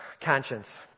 Conscience